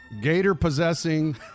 gator-possessing